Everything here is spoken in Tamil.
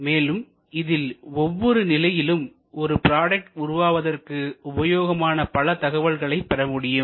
மேலும் இதில் ஒவ்வொரு நிலையிலும் ஒரு ப்ராடக்ட் உருவாக்குவதற்கு உபயோகமான பல தகவல்களை பெறமுடியும்